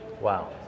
Wow